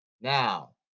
Now